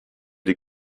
die